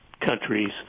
countries